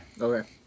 Okay